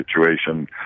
situation